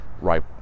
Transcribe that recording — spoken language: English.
right